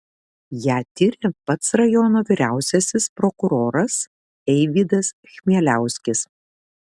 ją tiria pats rajono vyriausiasis prokuroras eivydas chmieliauskis